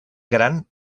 gran